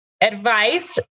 advice